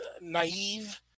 Naive